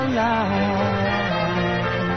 life